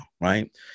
right